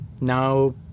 now